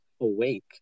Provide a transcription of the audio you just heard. awake